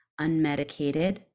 Unmedicated